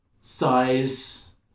size